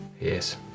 Yes